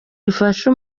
zifasha